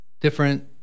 different